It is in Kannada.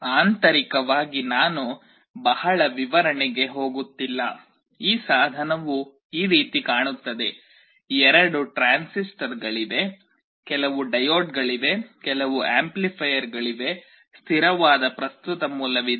ಆಂತರಿಕವಾಗಿ ನಾನು ಬಹಳ ವಿವರಣೆಗೆ ಹೋಗುತ್ತಿಲ್ಲ ಈ ಸಾಧನವು ಈ ರೀತಿ ಕಾಣುತ್ತದೆ ಎರಡು ಟ್ರಾನ್ಸಿಸ್ಟರ್ಗಳಿವೆ ಕೆಲವು ಡಯೋಡ್ಗಳಿವೆ ಕೆಲವು ಆಂಪ್ಲಿಫೈಯರ್ಗಳಿವೆ ಸ್ಥಿರವಾದ ಪ್ರಸ್ತುತ ಮೂಲವಿದೆ